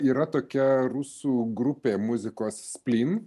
yra tokia rusų grupė muzikos splin